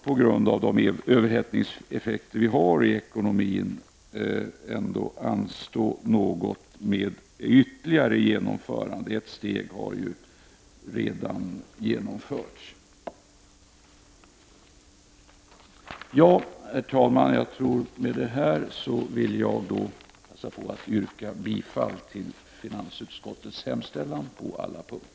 På grund av de överhettningseffekter som vi har i ekonomin måste det ytterligare genomförandet dock anstå något. Ett steg har ju redan genomförts. Herr talman! Med detta vill jag yrka bifall till finansutskottets hemställan på samtliga punkter.